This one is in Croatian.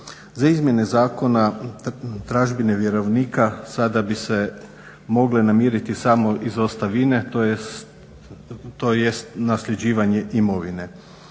Za izmjene zakona tražbine vjerovnika sada bi se mogle namiriti samo izostavine tj. nasljeđivanje imovine.